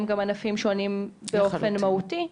הם גם ענפים שונים באופן מהותי.